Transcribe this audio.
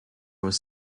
was